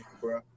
bro